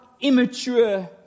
immature